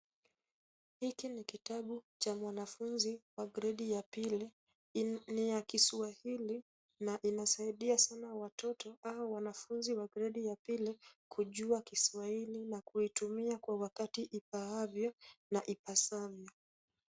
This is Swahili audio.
Hiki ni kitabu cha mwanafunzi wa gredi ya pili. Ni ya Kiswahili na inasaidia sana watoto au wanafunzi wa gredi ya pili kujua Kiswahili na kuitumia kwa wakati ifaavyo na ipasavyo.